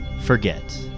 forget